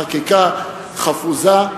בחקיקה חפוזה,